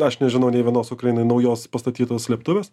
aš nežinau nė vienos ukrainai naujos pastatytos slėptuvės